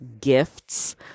gifts